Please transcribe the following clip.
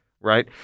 right